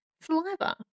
Saliva